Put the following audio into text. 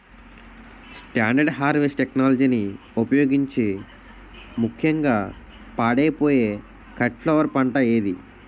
Standard harvest టెక్నాలజీని ఉపయోగించే ముక్యంగా పాడైపోయే కట్ ఫ్లవర్ పంట ఏది?